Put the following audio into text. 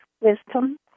wisdom